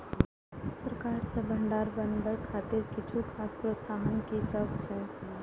सरकार सँ भण्डार बनेवाक खातिर किछ खास प्रोत्साहन कि सब अइछ?